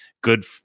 Good